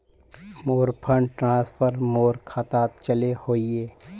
मोर fund transfer मोर खातात चले वहिये